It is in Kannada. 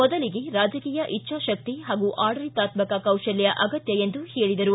ಮೊದಲಿಗೆ ರಾಜಕೀಯ ಇಚ್ಛಾ ಶಕ್ತಿ ಹಾಗೂ ಆಡಳಿತಾತ್ಮಕ ಕೌಶಲ್ಯ ಅಗತ್ಯ ಎಂದರು